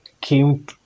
came